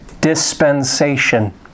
Dispensation